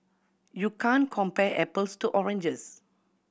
you can't compare apples to oranges